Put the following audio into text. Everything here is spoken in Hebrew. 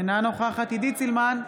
אינה נוכחת עידית סילמן,